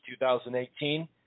2018